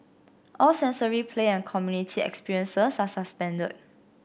all sensory play and community experiences are suspended